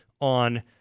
on